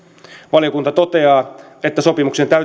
valiokunta toteaa että sopimuksen täytäntöönpano edellyttää myös